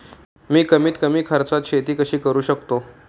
मी कमीत कमी खर्चात शेती कशी करू शकतो?